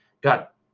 got